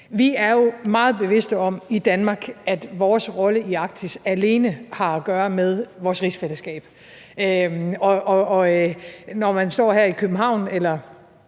Vi er meget bevidste om i Danmark, at vores rolle i Arktis alene har at gøre med vores rigsfællesskab. Når man står her i København eller